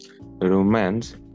Romance